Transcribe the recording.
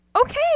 okay